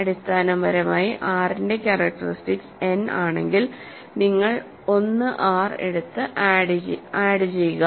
അടിസ്ഥാനപരമായി R ന്റെ characteristics n ആണെങ്കിൽ നിങ്ങൾ 1 R എടുത്ത് ആഡ് ചെയ്യുക